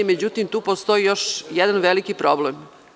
Međutim, tu postoji još jedan veliki problem.